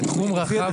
זה תחום רחב מאוד.